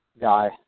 guy